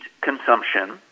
consumption